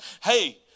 Hey